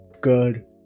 Good